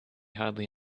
hardly